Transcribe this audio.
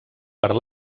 per